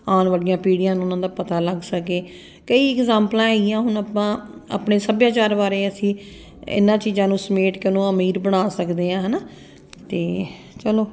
ਆਉਣ ਵਾਲੀਆਂ ਪੀੜ੍ਹੀਆਂ ਨੂੰ ਉਹਨਾਂ ਦਾ ਪਤਾ ਲੱਗ ਸਕੇ ਕਈ ਇਗਜਾਮਪਲਾਂ ਹੈਗੀਆਂ ਹੁਣ ਆਪਾਂ ਆਪਣੇ ਸੱਭਿਆਚਾਰ ਬਾਰੇ ਅਸੀਂ ਇਹਨਾਂ ਚੀਜ਼ਾਂ ਨੂੰ ਸਮੇਟ ਕੇ ਉਹਨੂੰ ਅਮੀਰ ਬਣਾ ਸਕਦੇ ਹਾਂ ਹੈਨਾ ਅਤੇ ਚਲੋ